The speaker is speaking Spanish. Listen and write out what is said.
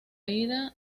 ida